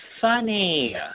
funny